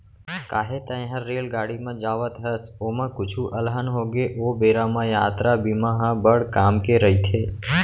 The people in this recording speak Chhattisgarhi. काहे तैंहर रेलगाड़ी म जावत हस, ओमा कुछु अलहन होगे ओ बेरा म यातरा बीमा ह बड़ काम के रइथे